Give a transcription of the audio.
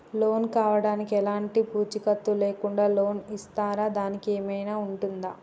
Loan కావడానికి ఎలాంటి పూచీకత్తు లేకుండా లోన్ ఇస్తారా దానికి ఏమైనా ఉంటుందా?